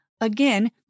again